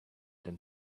than